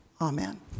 Amen